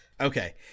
Okay